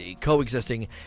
coexisting